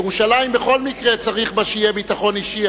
ירושלים בכל מקרה צריך שיהיה בה ביטחון אישי,